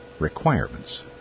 requirements